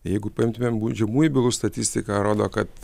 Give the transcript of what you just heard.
jeigu paimtumėm baudžiamųjų bylų statistiką rodo kad